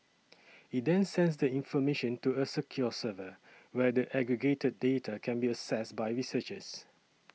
it then sends the information to a secure server where the aggregated data can be accessed by researchers